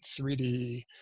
3D